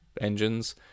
engines